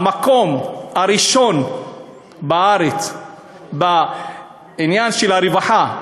המקום הראשון בארץ בעניין של הרווחה,